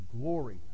glory